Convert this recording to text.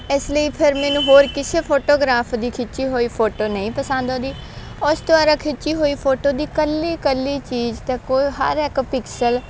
ਇਸ ਲਈ ਫਿਰ ਮੈਨੂੰ ਹੋਰ ਕਿਸੇ ਫੋਟੋਗ੍ਰਾਫ ਦੀ ਖਿੱਚੀ ਹੋਈ ਫੋਟੋ ਨਹੀਂ ਪਸੰਦ ਆਉਂਦੀ ਉਸ ਦੁਆਰਾ ਖਿੱਚੀ ਹੋਈ ਫੋਟੋ ਦੀ ਇਕੱਲੀ ਇਕੱਲੀ ਚੀਜ਼ ਅਤੇ ਕੋਈ ਹਰ ਇੱਕ ਪਿਕਸਲ